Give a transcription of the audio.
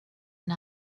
and